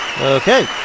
Okay